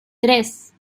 tres